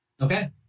Okay